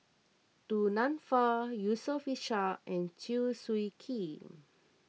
Du Nanfa Yusof Ishak and Chew Swee Kee